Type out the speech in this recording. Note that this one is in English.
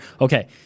Okay